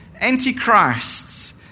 antichrists